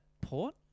port